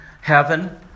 heaven